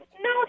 No